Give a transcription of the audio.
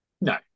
No